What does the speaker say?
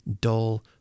dull